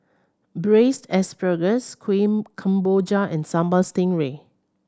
Braised Asparagus Kueh Kemboja and Sambal Stingray